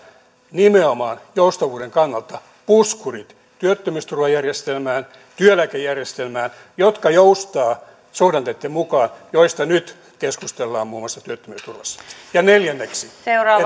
nimenomaan joustavuuden kannalta puskurit työttömyysturvajärjestelmään työeläkejärjestelmään jotka joustavat suhdanteitten mukaan joista nyt keskustellaan muun maussa työttömyysturvassa neljänneksi